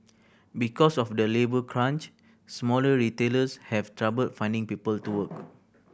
because of the labour crunch smaller retailers have trouble finding people to work